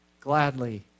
gladly